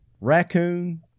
raccoon